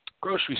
grocery